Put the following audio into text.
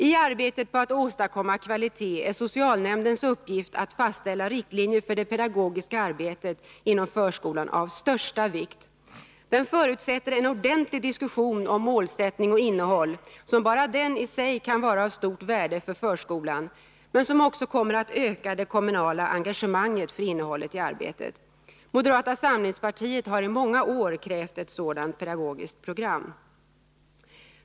I arbetet på att åstadkomma kvalitet är socialnämndens uppgift att fastställa riktlinjer för det pedagogiska arbetet inom förskolan av största vikt. Den förutsätter en ordentlig diskussion om målsättning och innehåll, som bara den sig kan vara av stort värde för förskolan men som också kommer att öka det kommunala engagemanget för innehållet i arbetet. Moderata samlingspartiet har i många år krävt ett sådant pedagogiskt program.